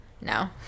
No